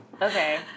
Okay